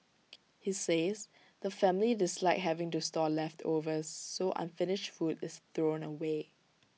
he says the family dislike having to store leftovers so unfinished food is thrown away